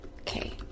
Okay